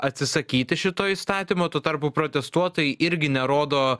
atsisakyti šito įstatymo tuo tarpu protestuotojai irgi nerodo